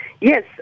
Yes